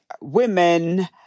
women